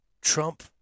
Trump